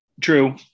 True